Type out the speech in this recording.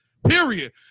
Period